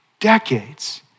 decades